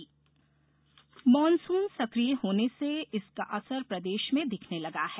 मौसम monsoon monsoon सक्रिय होने से इसका असर प्रदेश में दिखने लगा है